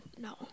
No